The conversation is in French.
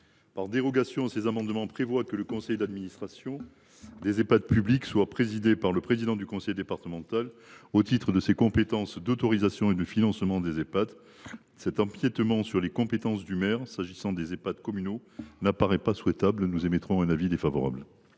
par dérogation, le conseil d’administration des Ehpad publics soit présidé par le président du conseil départemental au titre de ses compétences d’autorisation et de financement des Ehpad. Cet empiétement sur les compétences du maire s’agissant des Ehpad communaux n’apparaît pas souhaitable. Nous émettons un avis défavorable.